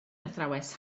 athrawes